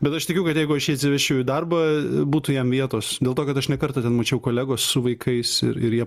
bet aš tikiu kad jeigu aš atsivežčiau į darbą būtų jam vietos dėl to kad aš ne kartą ten mačiau kolegos su vaikais ir ir jie